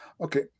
Okay